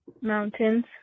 Mountains